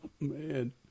man